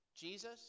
Jesus